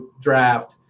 draft